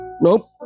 nope